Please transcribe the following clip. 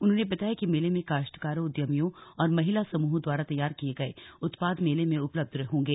उन्होंने बताया कि मेले में काश्तकारों उद्यमियों और महिला समूहों द्वारा तैयार किये गए उत्पाद मेले में उपलब्ध होंगे